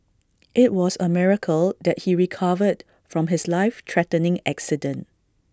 IT was A miracle that he recovered from his life threatening accident